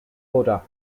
buddha